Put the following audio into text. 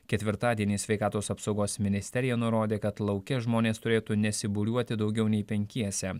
ketvirtadienį sveikatos apsaugos ministerija nurodė kad lauke žmonės turėtų nesibūriuoti daugiau nei penkiese